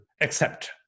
accept